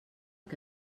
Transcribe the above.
que